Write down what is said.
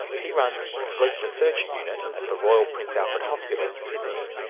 he runs the sleep research unit at the royal prince alfred hospital in sydney.